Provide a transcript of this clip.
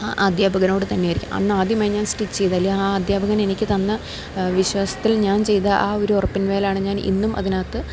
ആ അദ്ധ്യാപകനോട് തന്നെയായിരിക്കും അന്ന് ആദ്യമായി ഞാൻ സ്റ്റിച്ച് ചെയ്തത് അല്ല ആ അദ്ധ്യാപകന് എനിക്ക് തന്ന വിശ്വാസത്തിൽ ഞാൻ ചെയ്ത ആ ഒരു ഉറപ്പിൻ മേലാണ് ഞാൻ ഇന്നും അതിനകത്ത്